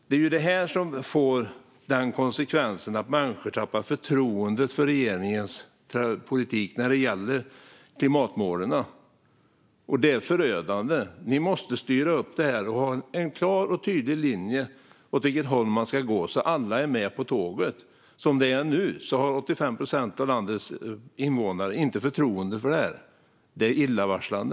Det är det här som får konsekvensen att människor tappar förtroendet för regeringens politik när det gäller klimatmålen. Det är förödande. Regeringen måste styra upp detta och ha en klar och tydlig linje för åt vilket håll man ska gå så att alla är med på tåget. Som det är nu har 85 procent av landets invånare inte något förtroende, och det är illavarslande.